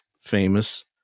famous